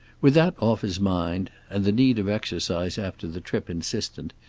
with that off his mind, and the need of exercise after the trip insistent,